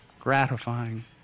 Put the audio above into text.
Gratifying